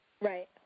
Right